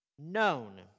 known